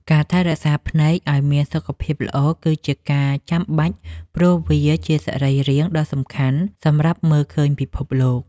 ការថែរក្សាភ្នែកឱ្យមានសុខភាពល្អគឺជាការចាំបាច់ព្រោះវាជាសរីរាង្គដ៏សំខាន់សម្រាប់មើលឃើញពិភពលោក។